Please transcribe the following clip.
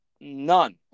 none